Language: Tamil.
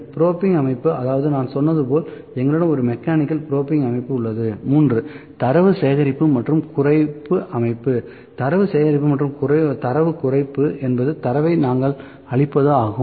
ப்ரோபிங் அமைப்பு அதாவது நான் சொன்னது போல் எங்களிடம் ஒரு மெக்கானிக்கல் ப்ரோபிங் அமைப்பு உள்ளது தரவு சேகரிப்பு மற்றும் குறைப்பு அமைப்பு தரவு சேகரிப்பு மற்றும் தரவு குறைப்பு என்பது தரவை நாங்கள் அளிப்பது ஆகும்